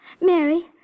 Mary